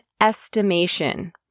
estimation